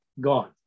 gone